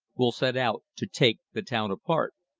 will set out to take the town apart.